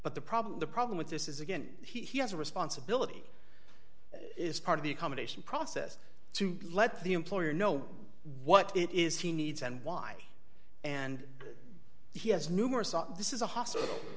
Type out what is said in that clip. but the problem the problem with this is again he has a responsibility it is part of the accommodation process to let the employer know what it is he needs and why and he has numerous this is a hospital